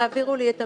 תעבירו לי את המקרה,